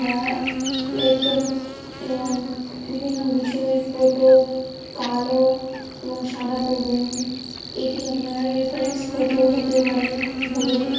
laptop এবং বিভিন্ন বিষয়ের ফটো কালো এবং সাদা করুন এটি আপনার রেফারেন্স ফটো হতেও পারে হবে